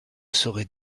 saurait